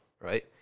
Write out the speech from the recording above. right